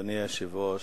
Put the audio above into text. אדוני היושב-ראש,